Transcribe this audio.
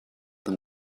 them